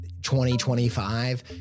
2025